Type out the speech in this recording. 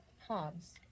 Hobbs